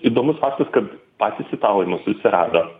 įdomus faktas kad patys italai mus susirado